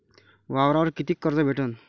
वावरावर कितीक कर्ज भेटन?